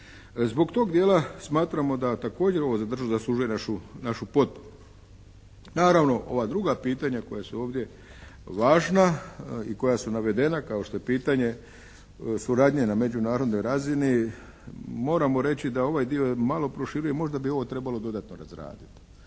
Zbog tog dijela smatramo da također ovo zaslužuje našu …/Govornik se ne razumije./… Naravno ova druga pitanja koja su ovdje važna i koja su navedena kao što je pitanje suradnje na međunarodnoj razini moramo reći, da ovaj dio malo proširuje. Možda bi ovo trebalo dodatno razraditi.